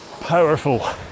powerful